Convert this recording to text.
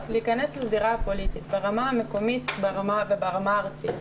להיכנס לזירה הפוליטית ברמה המקומית וברמה הארצית.